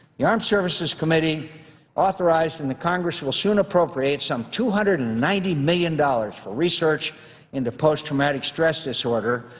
the armed services committee authorized and the congress will soon appropriate some two hundred and ninety million dollars for research into post-traumatic stress disorder,